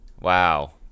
Wow